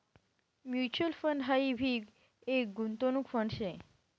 mutual fund हाई भी एक गुंतवणूक फंड शे